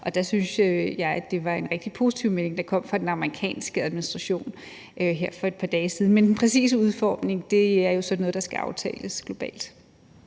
Og der synes jeg, at det var en rigtig positiv melding, der kom fra den amerikanske administration her for et par dage siden. Men den præcise udformning er jo sådan noget, der skal aftales globalt.